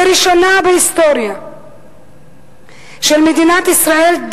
לראשונה בהיסטוריה של מדינת ישראל,